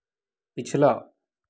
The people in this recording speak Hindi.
पिछला